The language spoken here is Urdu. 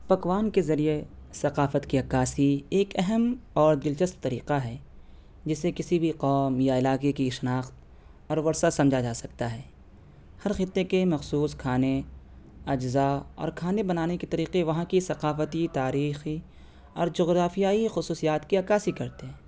پکوان کے ذریعے ثقافت کی عکاسی ایک اہم اور دلچسپ طریقہ ہے جس سے کسی بھی قوم یا علاقے کی شناخت اور ورثہ سمجھا جا سکتا ہے ہر خطے کے مخصوص کھانے اجزا اور کھانے بنانے کے طریقے وہاں کی ثقافتی تاریخی اور جغرافیائی خصوصیات کی عکاسی کرتے ہیں